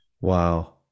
Wow